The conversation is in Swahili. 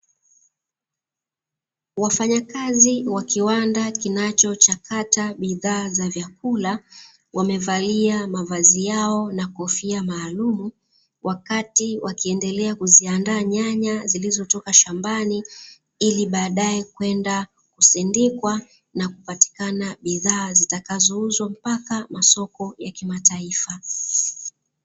Wafanyakazi wa kiwanda kinachochakata bidhaa za vyakula, wamevalia mavazi yao na kofia maalumu, wakati wakiendelea kuziandaa nyanya zilizotoka shambani, ili baadaye kwenda kusindikwa na kupatikana bidhaa zitakazouzwa mpaka masoko ya kimataifa.